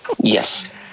Yes